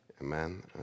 Amen